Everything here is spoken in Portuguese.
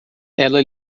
ela